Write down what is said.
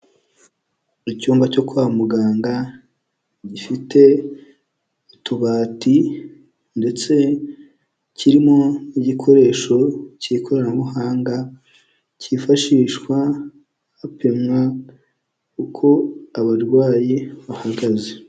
Icyumba cyo kwa muganga gifite utubati, ndetse kirimo n'igikoresho cy'ikoranabuhanga cyifashishwa hapimwa uko abarwayi bahagaze.